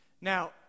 Now